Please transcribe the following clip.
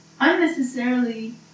unnecessarily